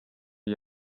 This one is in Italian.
gli